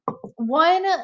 one